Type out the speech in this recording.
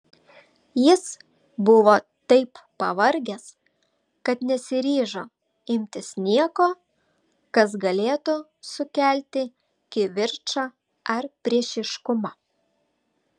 jis buvo taip pavargęs kad nesiryžo imtis nieko kas galėtų sukelti kivirčą ar priešiškumą